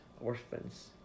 orphans